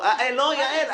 יעל,